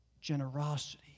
generosity